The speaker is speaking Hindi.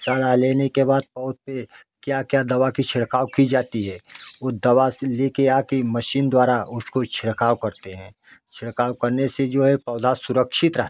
सलाह लेने के बाद पौधे क्या क्या दवा की छिड़काव की जाती है ऊ दवा से ले के आके मशीन द्वारा उसको छिड़काव करते हैं छिड़काव करने से जो हैं पौधा सुरक्षित रहता हैं